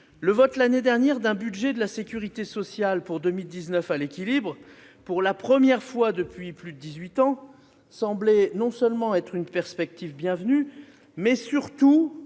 pas. L'année dernière, le vote d'un budget de la sécurité sociale pour 2019 à l'équilibre, pour la première fois depuis plus de dix-huit ans, semblait être non seulement une perspective bienvenue, mais surtout